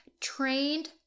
trained